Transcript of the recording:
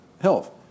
health